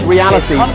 Reality